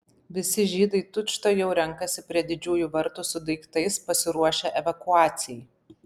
visi žydai tučtuojau renkasi prie didžiųjų vartų su daiktais pasiruošę evakuacijai